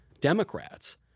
Democrats